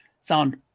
sound